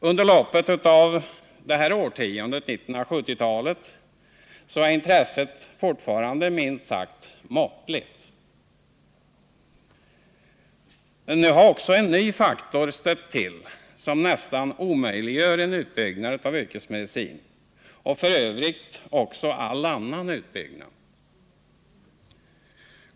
Under loppet av det här årtiondet, 1970-talet, har intresset också varit minst sagt måttligt. Nu har dessutom en ny faktor stött till som nästan omöjliggör en utbyggnad av yrkesmedicin och f.ö. också all annan utbyggnad.